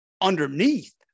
underneath